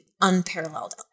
unparalleled